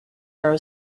narrow